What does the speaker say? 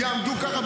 יעמדו ככה,